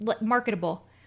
marketable